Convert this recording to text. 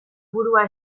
burua